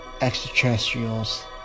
extraterrestrials